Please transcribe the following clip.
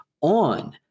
on